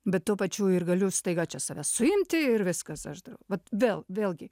bet tuo pačiu ir galiu staiga čia save suimti ir viskas aš vat vėl vėlgi